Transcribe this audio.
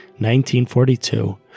1942